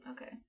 Okay